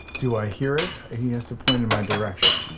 do i hear it? he has to point it in my direction.